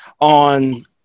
on